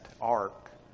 ark